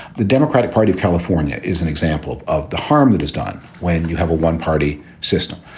the democratic party of california is an example of the harm that is done when you have a one party system.